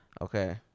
Okay